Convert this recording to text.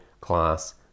class